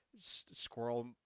squirrel